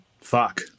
Fuck